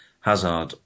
Hazard